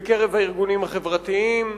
בקרב הארגונים החברתיים,